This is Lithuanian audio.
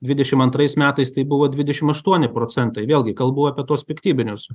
dvidešim antrais metais tai buvo dvidešim aštuoni procentai vėlgi kalbu apie tuos piktybinius